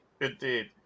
Indeed